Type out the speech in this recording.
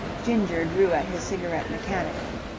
ginger drew at his cigarette mechanically.